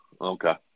okay